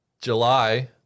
July